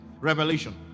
revelation